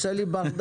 אתה עושה לי ברדק.